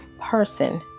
person